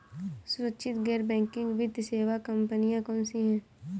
सुरक्षित गैर बैंकिंग वित्त सेवा कंपनियां कौनसी हैं?